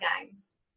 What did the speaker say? gangs